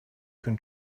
can